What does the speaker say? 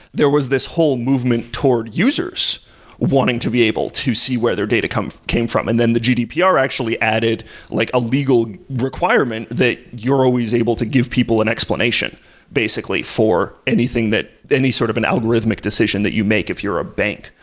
there was this whole movement toward users wanting to be able to see where their data came from, and then the gdpr actually added like a legal requirement that you're always able to give people an explanation basically for anything that any sort of an algorithmic decision that you make if you're a bank,